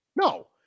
No